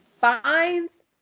finds